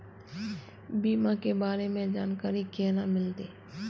बीमा के बारे में जानकारी केना मिलते?